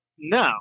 No